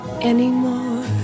anymore